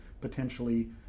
potentially